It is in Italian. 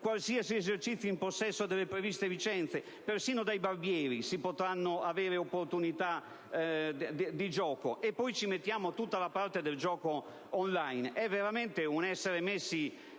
qualsiasi esercizio in possesso delle previste licenze, persino dai barbieri, si potranno avere opportunità di gioco. Se poi ci mettiamo tutta la parte del gioco *on line*, si è davvero messi